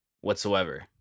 whatsoever